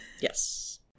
Yes